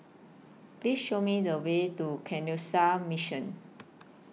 Please Show Me The Way to Canossian Mission